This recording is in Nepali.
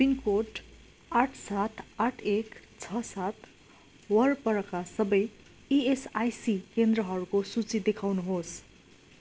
पिनकोड आठ सात आठ एक छ सात वरपरका सबै इएसआइसी केन्द्रहरूको सूची देखाउनुहोस्